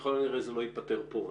ככל ה נראה זה לא ייפתר פה.